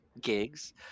gigs